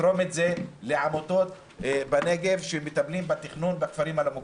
לתרום את זה לעמותות בנגב שמטפלות בתכנון בכפרים הלא מוכרים.